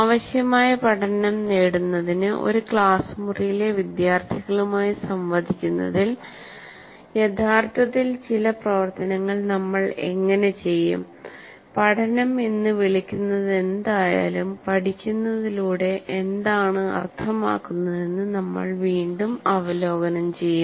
ആവശ്യമായ പഠനം നേടുന്നതിന് ഒരു ക്ലാസ് മുറിയിലെ വിദ്യാർത്ഥികളുമായി സംവദിക്കുന്നതിൽ യഥാർത്ഥത്തിൽ ചില പ്രവർത്തനങ്ങൾ നമ്മൾ എങ്ങനെ ചെയ്യും പഠനം എന്ന് വിളിക്കുന്നതെന്തായാലും പഠിക്കുന്നതിലൂടെ എന്താണ് അർത്ഥമാക്കുന്നതെന്ന് നമ്മൾ വീണ്ടും അവലോകനം ചെയ്യും